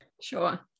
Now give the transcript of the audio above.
Sure